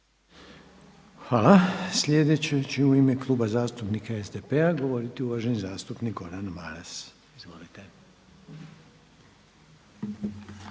Hvala. Sljedeći će u ime Kluba zastupnika SDP-a govoriti uvaženi zastupnik Gordan Maras. Izvolite.